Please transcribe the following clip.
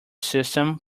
system